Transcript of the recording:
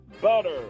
Butter